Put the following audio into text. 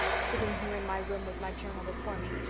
sitting here in my room with my journal before me?